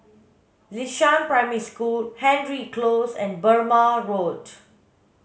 Xishan Primary School Hendry Close and Burmah Road